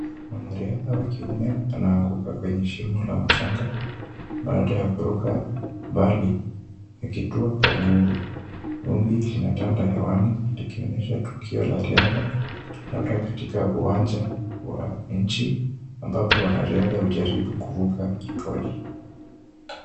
Mwanariadha wa kiume anaanguka kwenye shimo la mchanga, baada ya kuruka mbali akitua kwa nguvu. Vumbi linatanda hewani likionyesha tukio la riadha labda katika uwanja wa nchi ambapo wanaradha hujaribu kuruka mikodi.